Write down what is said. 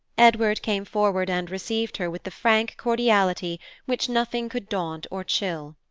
edward came forward and received her with the frank cordiality which nothing could daunt or chill.